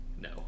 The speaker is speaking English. No